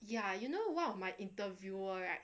ya you know one of my interviewer right